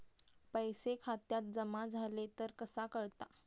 पैसे खात्यात जमा झाले तर कसा कळता?